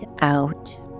out